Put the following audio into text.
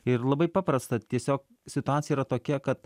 ir labai paprasta tiesiog situacija yra tokia kad